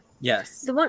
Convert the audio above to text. Yes